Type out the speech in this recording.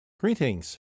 Greetings